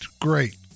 great